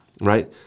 right